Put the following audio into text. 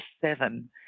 seven